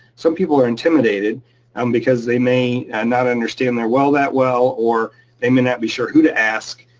some people are intimidated um because they may and not understand their well that well or they may not be sure who to ask,